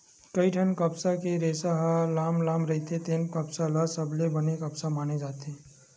कइठन कपसा के रेसा ह लाम लाम रहिथे तेन कपसा ल सबले बने कपसा माने जाथे